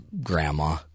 grandma